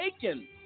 taken